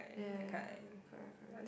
ya correct correct